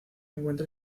encuentra